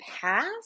past